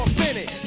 finish